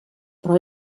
però